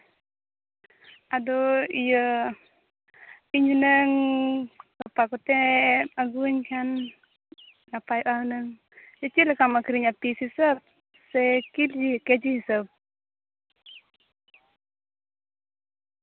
ᱟᱫᱚ ᱤᱭᱟᱹ ᱤᱧ ᱦᱩᱱᱟᱹᱝ ᱜᱟᱯᱟ ᱠᱚᱛᱮᱢ ᱟᱹᱜᱩᱣᱟᱹᱧ ᱠᱷᱟᱱ ᱱᱟᱯᱟᱭᱚᱜᱼᱟ ᱦᱩᱱᱟᱹᱝ ᱪᱮᱫ ᱞᱮᱠᱟᱢ ᱟᱹᱠᱷᱨᱤᱧᱟ ᱯᱤᱥ ᱦᱤᱥᱟᱹᱵ ᱥᱮ ᱠᱤ ᱠᱤᱡᱤ ᱦᱤᱥᱟᱹᱵᱽ